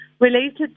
related